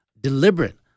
deliberate